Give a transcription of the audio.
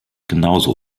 genauso